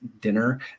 dinner